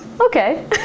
Okay